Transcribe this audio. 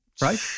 Right